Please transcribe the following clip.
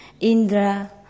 Indra